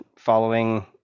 Following